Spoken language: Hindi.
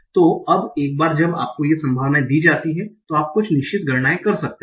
तो अब एक बार जब आपको ये संभावनाएँ दी जाती हैं तो आप कुछ निश्चित गणनाएँ कर सकते हैं